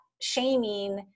shaming